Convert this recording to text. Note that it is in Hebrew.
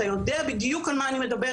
אתה יודע בדיוק על מה אני מדברת.